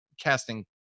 casting